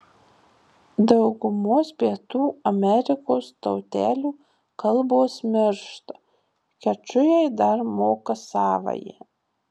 daugumos pietų amerikos tautelių kalbos miršta kečujai dar moka savąją